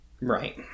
Right